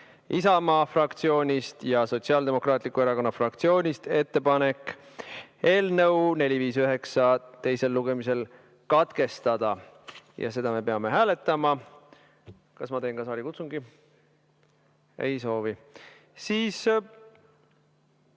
Isamaa fraktsioonist ja Sotsiaaldemokraatliku Erakonna fraktsioonist on tulnud ettepanek eelnõu 459 [menetlus] teisel lugemisel katkestada. Seda me peame hääletama. Kas ma teen ka saalikutsungi? Ei soovi. Siis